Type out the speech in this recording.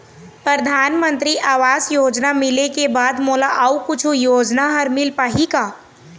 परधानमंतरी आवास योजना मिले के बाद मोला अऊ कुछू योजना हर मिल पाही का?